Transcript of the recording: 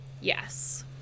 Yes